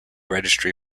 registry